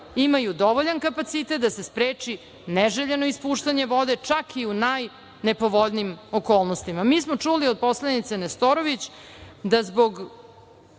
imaju dovoljan kapacitet da se spreči neželjeno ispuštanje vode, čak i u najnepovoljnijim okolnostima. Mi smo čuli od poslanice Nestorović da zbog